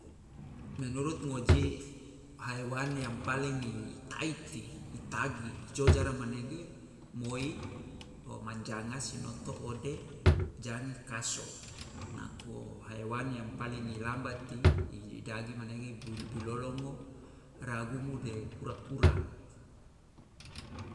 Menurut ngoji, haiwan yang paling i taiti i tagi jojara manege, moi o manjanga, sinoto ode, jange kaso, nako haiwan yang paling i lambati i dagi manege bilolongo, ragumu de kura kura.